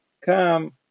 come